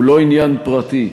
הוא לא עניין פרטי.